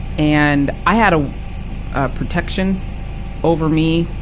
and, i had a ah protection over me,